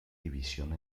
división